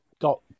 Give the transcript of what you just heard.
got